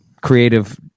creative